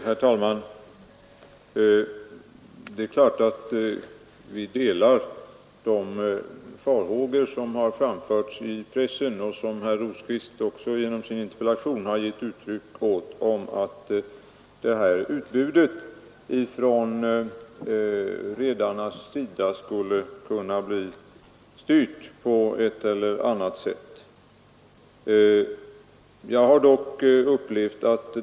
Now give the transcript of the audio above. Herr talman! Det är klart att vi delar de farhågor som har framförts i pressen och som herr Rosqvist också genom sin interpellation har gett uttryck åt om att utbudet skulle kunna bli styrt på ett eller annat sätt från redarnas sida.